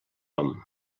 nom